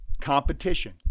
competition